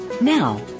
Now